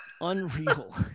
Unreal